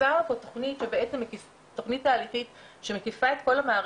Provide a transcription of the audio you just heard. זו תכנית תהליכית שמקיפה את כל המערכת.